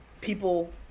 people